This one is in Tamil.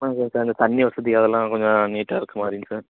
ஓகே சார் இந்தத் தண்ணி வசதி அதெல்லாம் கொஞ்சம் நீட்டாக இருக்கிற மாதிரிங்க சார்